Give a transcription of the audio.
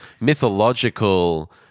mythological